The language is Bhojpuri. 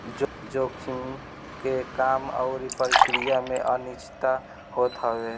जोखिम के काम अउरी प्रक्रिया में अनिश्चितता होत हवे